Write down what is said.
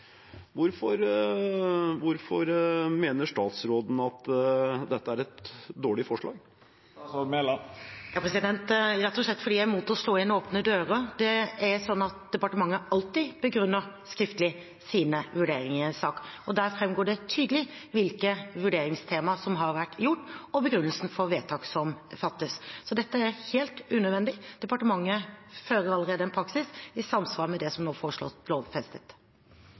Hvorfor mener statsråden at dette er et dårlig forslag? Det er rett og slett fordi jeg er imot å slå inn åpne dører. Departementet begrunner alltid sine vurderinger i en sak skriftlig. Da framgår det tydelig hvilke temaer som har vært vurdert, og begrunnelsen for vedtak som fattes. Så dette er helt unødvendig. Departementet fører allerede en praksis i samsvar med det som nå foreslås lovfestet.